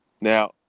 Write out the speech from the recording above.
Now